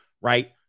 Right